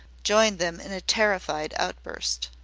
joined them in a terrified outburst.